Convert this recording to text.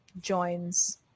joins